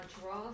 draw